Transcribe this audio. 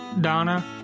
Donna